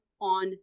on